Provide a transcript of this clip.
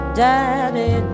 daddy